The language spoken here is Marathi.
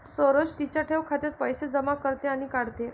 सरोज तिच्या ठेव खात्यात पैसे जमा करते आणि काढते